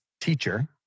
teacher